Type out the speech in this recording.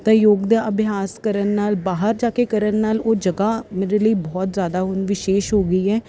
ਤਾਂ ਯੋਗ ਅਭਿਆਸ ਕਰਨ ਨਾਲ ਬਾਹਰ ਜਾ ਕੇ ਕਰਨ ਨਾਲ ਉਹ ਜਗ੍ਹਾ ਮੇਰੇ ਲਈ ਬਹੁਤ ਜ਼ਿਆਦਾ ਹੁਣ ਵਿਸ਼ੇਸ਼ ਹੋ ਗਈ ਹੈ